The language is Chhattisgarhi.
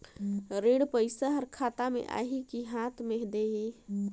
ऋण पइसा हर खाता मे आही की हाथ मे देही?